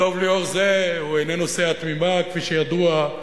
ודב ליאור זה אינו שיה תמימה, כפי שידוע.